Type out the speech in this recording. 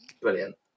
brilliant